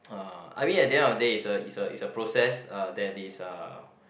ah I mean at the end of the day is a is a is a process uh that is uh